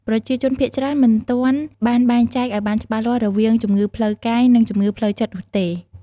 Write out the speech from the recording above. ប្រជាជនភាគច្រើនមិនទាន់បានបែងចែកឱ្យបានច្បាស់លាស់រវាងជំងឺផ្លូវកាយ និងជំងឺផ្លូវចិត្តនោះទេ។